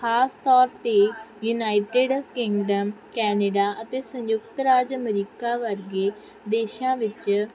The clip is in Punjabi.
ਖਾਸ ਤੌਰ 'ਤੇ ਯੂਨਾਈਟਡ ਕਿੰਗਡਮ ਕੈਨੇਡਾ ਅਤੇ ਸੰਯੁਕਤ ਰਾਜ ਅਮਰੀਕਾ ਵਰਗੇ ਦੇਸ਼ਾਂ ਵਿੱਚ